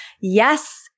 yes